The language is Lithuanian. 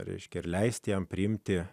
reiškia ir leisti jam priimti